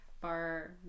bar